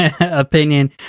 opinion